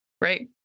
Right